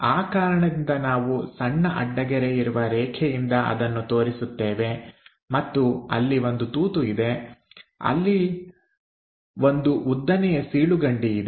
ಆ ಕಾರಣದಿಂದ ನಾವು ಸಣ್ಣ ಅಡ್ಡಗೆರೆ ಇರುವ ರೇಖೆಯಿಂದ ಅದನ್ನು ತೋರಿಸುತ್ತೇವೆ ಮತ್ತು ಅಲ್ಲಿ ಒಂದು ರಂಧ್ರಇದೆ ಅಲ್ಲಿ ಬಂದು ಉದ್ದನೆಯ ಸೀಳುಕಂಡಿ ಇದೆ